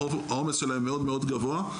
העומס שלהם מאוד מאוד גבוה.